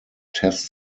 test